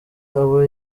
abo